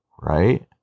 Right